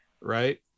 right